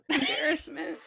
Embarrassment